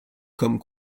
come